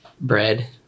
bread